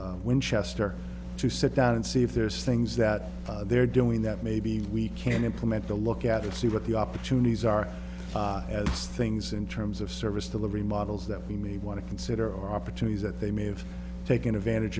of winchester to sit down and see if there's things that they're doing that maybe we can implement the look at and see what the opportunities are as things in terms of service delivery models that we may want to consider or opportunities that they may have taken advantage